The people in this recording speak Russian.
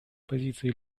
позиции